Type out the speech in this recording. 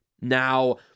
Now